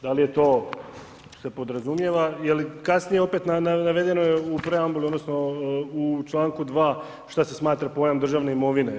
Da li je to, se podrazumijeva, jel kasnije opet navedeno je u preambuli odnosno u čl. 2. šta se smatra pojam državne imovine.